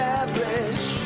average